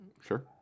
Sure